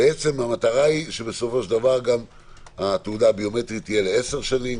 המטרה היא שבסופו של דבר התמונה הביומטרית תהיה עשר שנים.